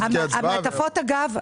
אגב,